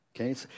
okay